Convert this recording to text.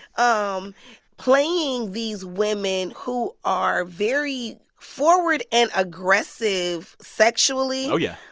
um playing these women, who are very forward and aggressive sexually. oh, yeah.